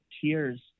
tears